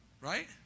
Right